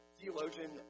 Theologian